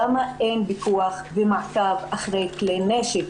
למה אין פיקוח ומעקב אחרי כלי נשק?